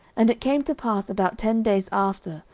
and it came to pass about ten days after,